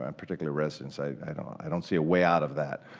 um particularly residence, i don't i don't see a way out of that.